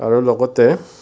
আৰু লগতে